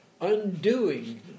undoing